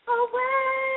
away